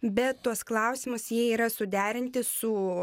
bet tuos klausimus jie yra suderinti su